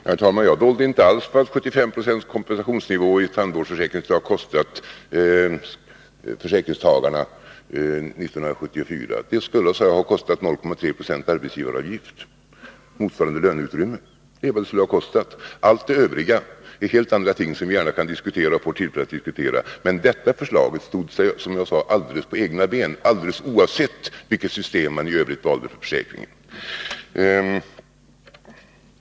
Herr talman! Jag dolde inte alls vad 75 76 kompensationsnivå i tandvårdsförsäkringen skulle ha kostat löntagarna 1974. Det skulle ha kostat, sade jag, löneutrymme motsvarande 0,3 20 arbetsgivaravgift. Allt det övriga är helt andra ting som vi gärna kan diskutera och som vi får tillfälle att diskutera, men detta förslag stod, som jag sade, helt på egna ben, alldeles oavsett vilket system man i övrigt valde för försäkringen.